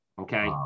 Okay